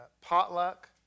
potluck